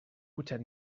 cotxet